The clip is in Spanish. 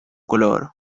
color